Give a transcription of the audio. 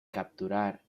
capturar